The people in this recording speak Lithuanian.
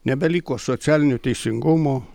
nebeliko socialinio teisingumo